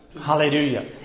Hallelujah